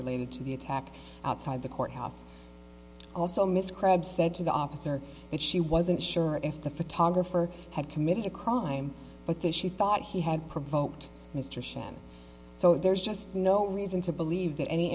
related to the attack outside the courthouse also miss crabb said to the officer that she wasn't sure if the photographer had committed a crime but that she thought he had provoked mr shand so there's just no reason to believe that any